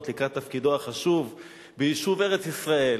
לקראת תפקידו החשוב ביישוב ארץ-ישראל.